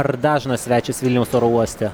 ar dažnas svečias vilniaus oro uoste